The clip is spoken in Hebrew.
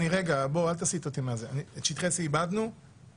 אני לא אומר את זה בזלזול, באמת.